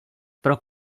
pro